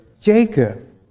Jacob